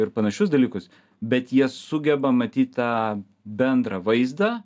ir panašius dalykus bet jie sugeba matyt tą bendrą vaizdą